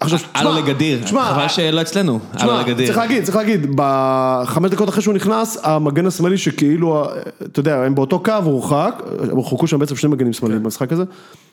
תשמע, תשמע, תשמע, צריך להגיד, צריך להגיד, בחמש דקות אחרי שהוא נכנס המגן השמאלי שכאילו, אתה יודע, הם באותו קו הורחק, הורחקו שם בעצם שני מגנים שמאליים במשחק הזה.